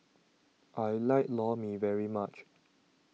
I like Lor Mee very much